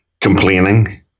complaining